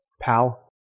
pal